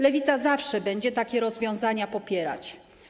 Lewica zawsze będzie takie rozwiązania popierać.